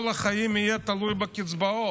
כל החיים הוא יהיה תלוי בקצבאות.